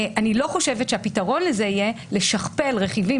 אני לא חושבת שהפתרון לזה יהיה לשכפל רכיבים